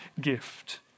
gift